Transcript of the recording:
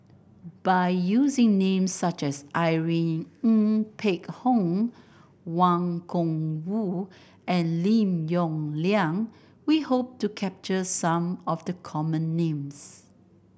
by using names such as Irene Ng Phek Hoong Wang Gungwu and Lim Yong Liang we hope to capture some of the common names